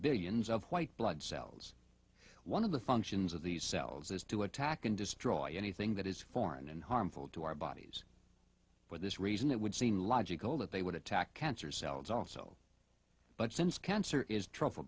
billions of white blood cells one of the functions of these cells is to attack and destroy anything that is foreign and harmful to our bodies for this reason it would seem logical that they would attack cancer cells also but since cancer is tr